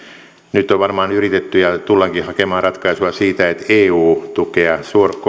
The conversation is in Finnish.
nyt on varmaan yritetty hakea ja tullaankin hakemaan ratkaisua siitä että eu tukea